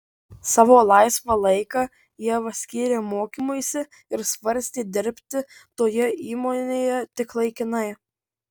savo laisvą laiką ieva skyrė mokymuisi ir svarstė dirbti toje įmonėje tik laikinai